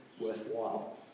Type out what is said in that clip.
worthwhile